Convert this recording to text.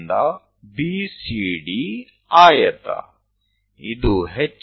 આ H G F અને E છે